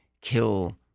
kill